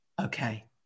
Okay